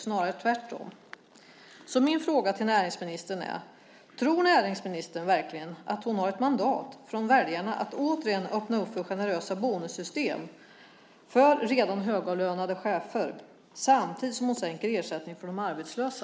Snarare är det tvärtom. Tror näringsministern verkligen att hon har ett mandat från väljarna att återigen öppna upp för generösa bonussystem för redan högavlönade chefer samtidigt som hon sänker ersättningen för de arbetslösa?